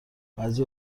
بعضی